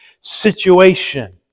situation